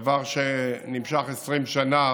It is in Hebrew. דבר שנמשך 20 שנה